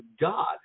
God